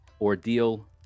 ordeal